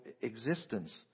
existence